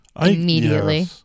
immediately